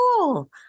cool